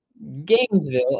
Gainesville